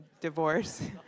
divorce